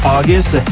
August